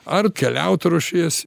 ar keliaut ruošies